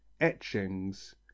etchings